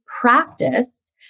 practice